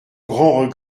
grand